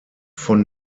von